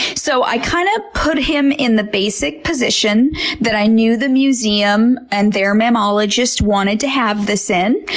so i kind of put him in the basic position that i knew the museum and their mammologist wanted to have this in.